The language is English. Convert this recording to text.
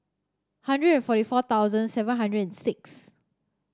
hundred forty four thousand seven hundred and six